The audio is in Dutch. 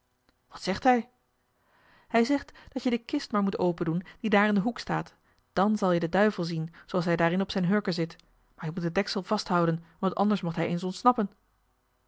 wat zegt hij hij zegt dat je de kist maar moet opendoen die daar in den hoek staat dan zal je den duivel zien zooals hij daarin op zijn hurken zit maar je moet het deksel vasthouden want anders mocht hij eens ontsnappen